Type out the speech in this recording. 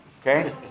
Okay